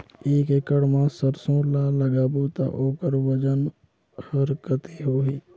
एक एकड़ मा सरसो ला लगाबो ता ओकर वजन हर कते होही?